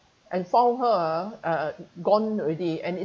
and found her ah uh gone already and and it